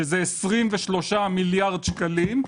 שזה 23 מיליארד שקלים,